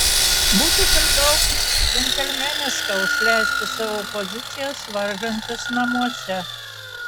būtų per daug džentelmeniška užleisti savo pozicijas varžantis namuose